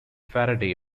faraday